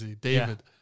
David